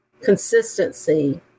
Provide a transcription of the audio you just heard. consistency